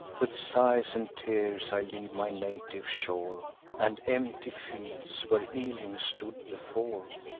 with sighs and tears i leave my native shore, and empty fields, where ilium stood before.